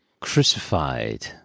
crucified